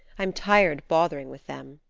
i am tired bothering with them.